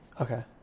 Okay